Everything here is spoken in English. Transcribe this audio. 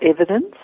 evidence